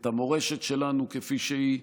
את המורשת שלנו כפי שהיא,